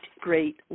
great